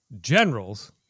Generals